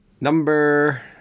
Number